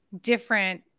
different